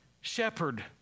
shepherd